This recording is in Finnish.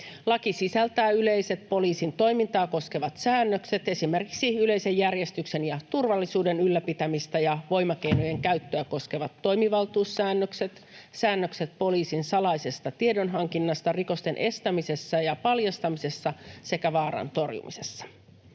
Laki sisältää yleiset poliisin toimintaa koskevat säännökset, esimerkiksi yleisen järjestyksen ja turvallisuuden ylläpitämistä ja voimakeinojen käyttöä koskevat toimivaltuussäännökset, säännökset poliisin salaisesta tiedonhankinnasta rikosten estämisessä ja paljastamisessa sekä vaaran torjumisessa.